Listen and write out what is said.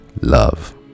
love